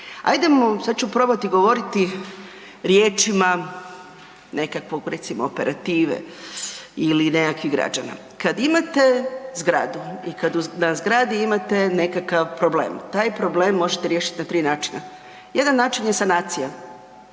Sada ću probati govoriti riječima nekakvog recimo operative ili nekakvih građana. Kada imate zgradu i kada na zgradi imate nekakav problem, taj problem možete riješiti na tri načina. Jedan način je sanacija,